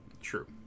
true